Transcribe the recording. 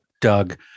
Doug